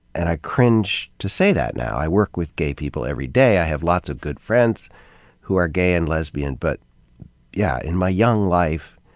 and i cringe to say that now. i work with gay people every day. i have lots of good friends who are gay and lesbian. but yeah, in my young life,